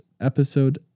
episode